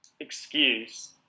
excuse